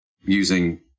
using